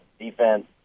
defense